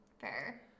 Fair